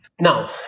Now